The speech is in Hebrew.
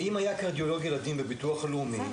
אם היה קרדיולוג ילדים בביטוח לאומי,